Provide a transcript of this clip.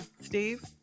steve